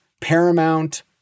Paramount